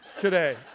today